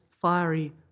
fiery